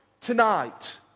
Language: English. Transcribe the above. tonight